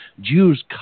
Jews